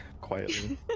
quietly